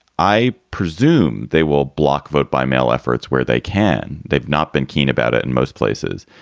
i presume they will block vote by mail efforts where they can. they've not been keen about it in most places.